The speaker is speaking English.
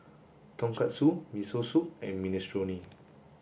tonkatsu miso soup and minestrone